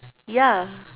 ya